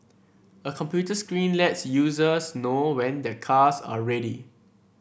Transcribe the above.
a computer screen lets users know when their cars are ready